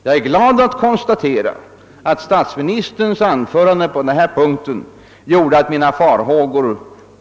Jag är glad att kunna konstatera att statsministerns anförande på denna punkt väsentligt minskat mina farhågor.